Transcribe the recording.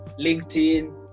LinkedIn